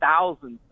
thousands